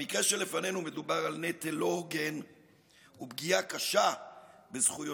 במקרה שלפנינו מדובר על נטל לא הוגן ופגיעה קשה בזכויותיו